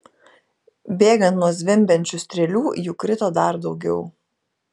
bėgant nuo zvimbiančių strėlių jų krito dar daugiau